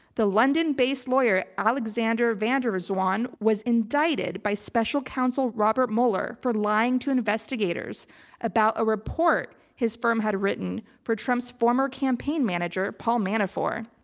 the london based lawyer, alexander vanderzwan, was indicted by special counsel robert mueller for lying to investigators about a report his firm had written for trump's former campaign manager paul manafort.